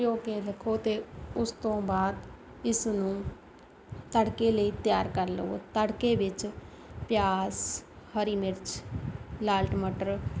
ਭਿਉਂ ਕੇ ਰੱਖੋ ਅਤੇ ਉਸ ਤੋਂ ਬਾਅਦ ਇਸ ਨੂੰ ਤੜਕੇ ਲਈ ਤਿਆਰ ਕਰ ਲਵੋ ਤੜਕੇ ਵਿੱਚ ਪਿਆਜ਼ ਹਰੀ ਮਿਰਚ ਲਾਲ ਟਮਾਟਰ